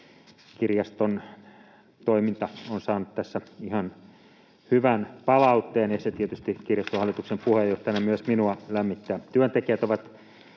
kirjaston toiminta on saanut tässä ihan hyvän palautteen ja se tietysti kirjaston hallituksen puheenjohtajana myös minua lämmittää. Työntekijät ovat